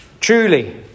truly